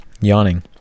Yawning